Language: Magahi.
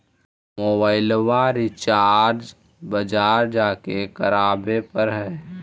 मोबाइलवा रिचार्ज बजार जा के करावे पर है?